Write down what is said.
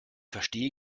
verstehe